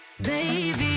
baby